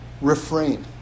refrain